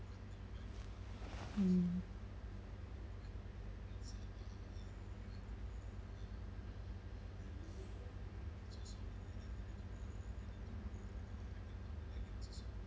mm